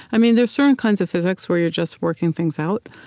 i mean there are certain kinds of physics where you're just working things out,